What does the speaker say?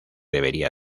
debería